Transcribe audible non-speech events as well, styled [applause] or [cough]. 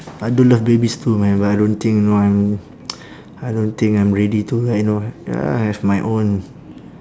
I do love babies too man but I don't think you know I'm [noise] I don't think I'm ready to like know ya have my own